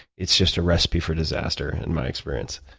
it's just a recipe for disaster in my experience.